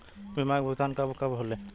बीमा के भुगतान कब कब होले?